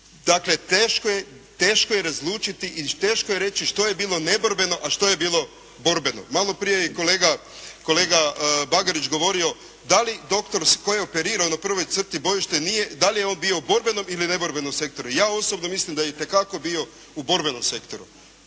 Dakle, teško je razlučiti i teško je reći što je bilo neborbeno, a što je bilo borbeno. Malo prije je i kolega Bagarić govorio da li doktor koji je operirao na prvoj crti bojišta, da li je on bio u borbenom ili neborbenom sektoru? Ja osobno mislim da je itekako bio u borbenom sektoru.